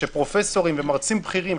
שפרופסורים ומרצים בכירים,